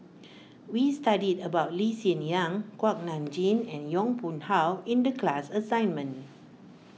we studied about Lee Hsien Yang Kuak Nam Jin and Yong Pung How in the class assignment